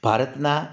ભારતના